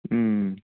उम्